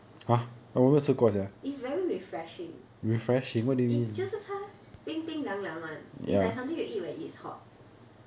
is very refreshing it 就是他冰冰凉凉 is something you eat when it's hot